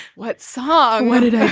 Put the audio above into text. what song what did i